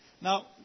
Now